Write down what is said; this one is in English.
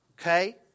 Okay